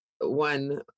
one